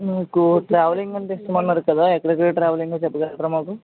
మీకు ట్రావెలింగ్ అంటే ఇష్టం అన్నారు కదా ఎక్కడికి ట్రావెలింగో చెప్పగలుగుతారా మాకు